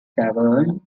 tavern